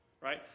right